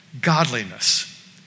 godliness